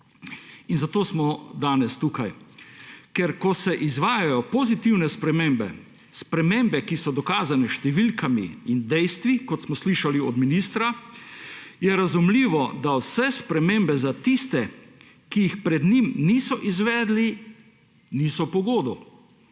In zato smo danes tukaj. Ker ko se izvajajo pozitivne spremembe, spremembe ki so dokazane s številkami in dejstvi, kot smo slišali od ministra, je razumljivo, da vse spremembe tistim, ki jih pred njimi niso izvedli, niso po godu.